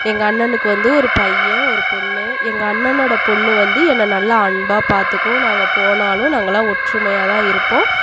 எங்கள் அண்ணனுக்கு வந்து ஒரு பையன் ஒரு பொண்ணு எங்கள் அண்ணனோடய பொண்ணு வந்து என்னை நல்லா அன்பாக பார்த்துக்கும் நான் அங்கே போனாலும் நாங்கெல்லாம் ஒற்றுமையாக தான் இருப்போம்